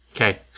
Okay